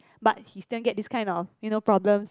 but he still get this kind of you know problems